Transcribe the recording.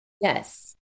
Yes